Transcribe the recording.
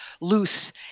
loose